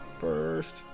first